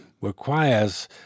requires